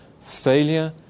Failure